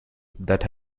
that